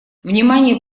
внимание